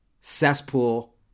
cesspool